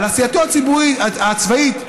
עשייתו הצבאית כמובן,